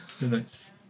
nice